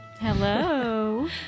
hello